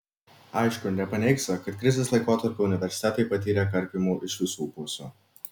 aišku nepaneigsi kad krizės laikotarpiu universitetai patyrė karpymų iš visų pusių